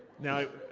now